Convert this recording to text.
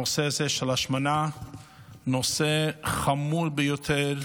הנושא הזה של השמנה הוא נושא חמור ביותר,